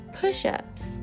push-ups